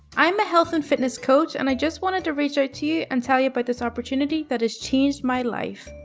i'm a health and fitness coach, and i just wanted to reach out to you and tell you about but this opportunity that has changed my life.